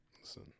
Listen